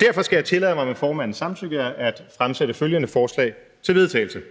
Derfor skal jeg tillade mig med formandens samtykke at fremsætte følgende: Forslag til vedtagelse